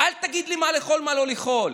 אל תגיד לי מה לאכול ומה לא לאכול.